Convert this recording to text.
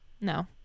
No